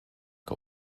que